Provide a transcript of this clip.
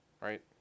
right